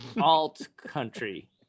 alt-country